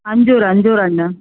ಅಂಜೂರ ಅಂಜೂರ ಹಣ್